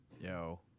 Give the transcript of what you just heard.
Yo